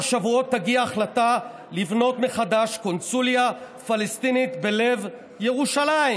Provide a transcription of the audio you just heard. שבועות תגיע החלטה לבנות מחדש קונסוליה פלסטינית בלב ירושלים"